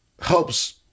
helps